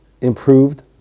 improved